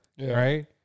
right